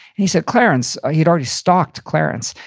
he said, clarence, he'd already stalked clarence.